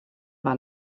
fan